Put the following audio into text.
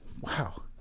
Wow